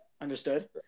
Understood